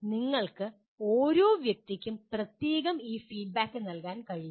നിങ്ങൾക്ക് ഓരോ വ്യക്തിക്കും പ്രത്യേകം ഈ ഫീഡ്ബാക്ക് നൽകാൻ കഴിയില്ല